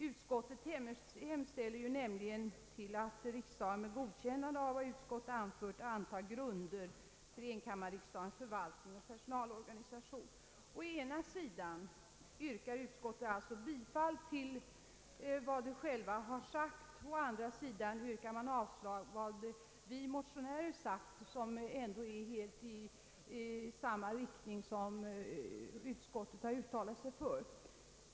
Utskottet hemställer nämligen att riksdagen, med godkännande av vad utskottet anfört, antar grunder för enkammarriksdagens förvaltningsoch personalorganisation. Å ena sidan yrkar utskottet bifall till vad utskottet självt har anfört och å andra sidan yrkar utskottet avslag på vad motionärerna har anfört som går i samma riktning som utskottet har uttalat sig för.